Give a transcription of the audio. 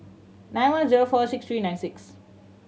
nine one zero four six three nine six